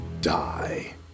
die